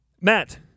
Matt